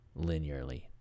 linearly